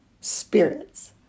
spirits